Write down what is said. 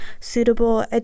suitable